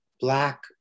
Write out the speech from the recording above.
black